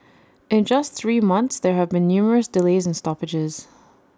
in just three months there have been numerous delays and stoppages